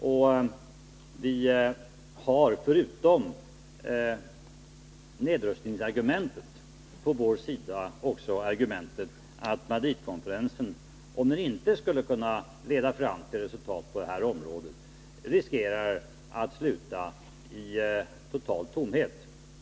Och vi har förutom nedrustningsargumentet på vår sida också argumentet att Madridkonferensen, om den inte skulle leda till resultat på det här området, riskerar att sluta i totaltomhet.